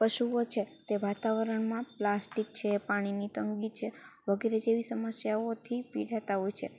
પશુઓ છે તે વાતાવરણમાં પ્લાસ્ટિક છે પાણીની તંગી છે વગેરે જેવી સમસ્યાઓથી પીડાતાં હોય છે